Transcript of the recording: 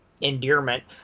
endearment